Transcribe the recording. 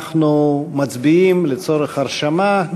אנחנו מצביעים לצורך הרשמה.